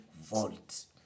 volts